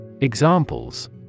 Examples